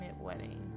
wedding